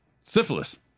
Syphilis